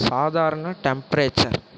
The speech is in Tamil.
சாதாரண டெம்பரேச்சர்